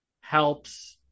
helps